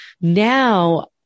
Now